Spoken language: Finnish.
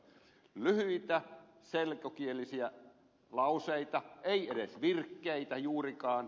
lyhyitä selkokielisiä lauseita ei edes virkkeitä juurikaan